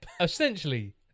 Essentially